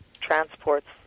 transports